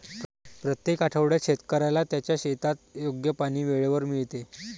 प्रत्येक आठवड्यात शेतकऱ्याला त्याच्या शेतात योग्य पाणी वेळेवर मिळते